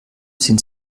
sind